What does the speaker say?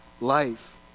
life